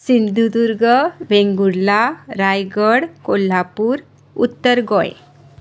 सिंधुदुर्ग वेंगुर्ला रायगढ कोल्हापूर उत्तर गोंय